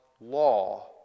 law